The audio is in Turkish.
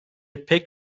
pek